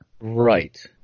Right